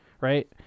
right